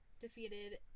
defeated